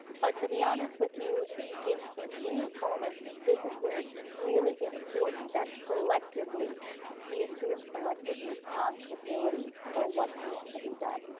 but to be honest with you in in these moments, this is where it's really important that collectively we assume collective responsibility for what needs to be done.